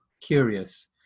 curious